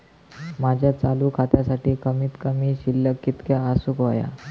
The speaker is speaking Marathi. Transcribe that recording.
माझ्या चालू खात्यासाठी कमित कमी शिल्लक कितक्या असूक होया?